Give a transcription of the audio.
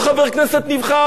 אני לא אחד מתוך 120?